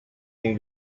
new